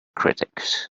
critics